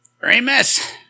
Remus